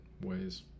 ways